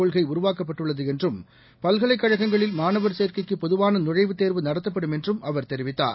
கொள்கைஉருவாக்கப்பட்டுள்ளதுஎன்றும் கழகங்களில் மாணவர் சேர்க்கைக்குபொதுவானநுழைவுத் தேர்வு நடத்தப்படும் என்றும் அவர் தெரிவித்தார்